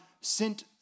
sent